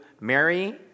Mary